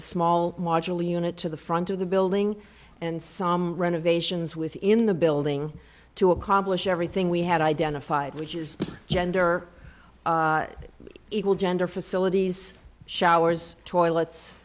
a small module unit to the front of the building and some renovations within the building to accomplish everything we had identified which is gender equal gender facilities showers toilets